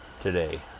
today